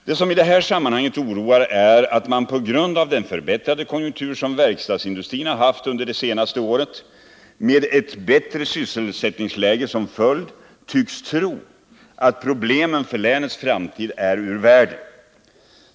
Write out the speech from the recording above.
Vad som i det här sammanhanget oroar är att man på grund av den förbättrade konjunktur som verkstadsindustrin har haft under det senaste året, med ett bättre sysselsättningsläge som följd, tycks tro att problemen för länets framtid är ur världen.